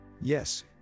Yes